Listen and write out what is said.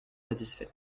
satisfait